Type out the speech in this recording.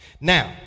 Now